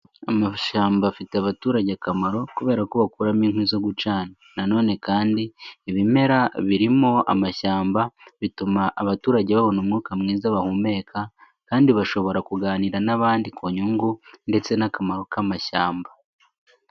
Amashyamba afitiye abaturage akamaro kubera ko bakuramo inkwi zo gucana. Nanone kandi ibimera birimo amashyamba bituma abaturage babona umwuka mwiza bahumeka, kandi bashobora kuganira n'abandi kunyungu ,ndetse n'akamaro kamashyamba.